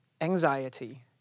anxiety